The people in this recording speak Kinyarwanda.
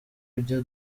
ujya